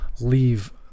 leave